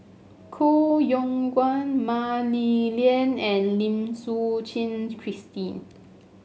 Koh Yong Guan Mah Li Lian and Lim Suchen Christine